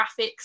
graphics